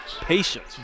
patience